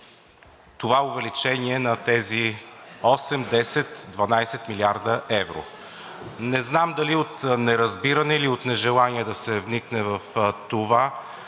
това увеличение на тези 8, 10, 12 млрд евро. Не знам дали от неразбиране, или от нежелание да се вникне в това